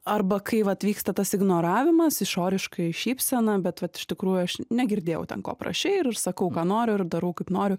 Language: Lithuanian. arba kai vat vyksta tas ignoravimas išoriškai šypsena bet vat iš tikrųjų aš negirdėjau ten ko prašei ir sakau ką noriu ir darau kaip noriu